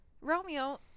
romeo